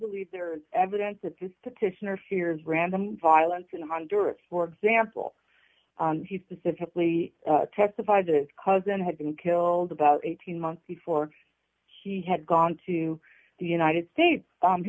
believe there is evidence that this petitioner fears random violence in honduras for example he specifically testified to a cousin had been killed about eighteen months before she had gone to the united states